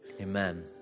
Amen